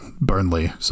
Burnley